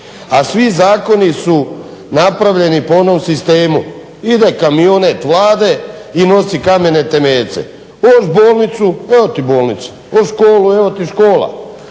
A svi zakoni su napravljeni po onom sistemu ide kamionet Vlade i nosi kamene temeljce. Hoćeš bolnicu? Evo ti bolnica. Hoćeš školu? Evo ti škola.